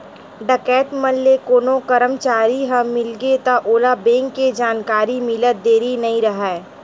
डकैत मन ले कोनो करमचारी ह मिलगे त ओला बेंक के जानकारी मिलत देरी नइ राहय